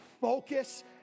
focus